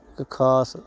ਇੱਕ ਖ਼ਾਸ